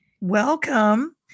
Welcome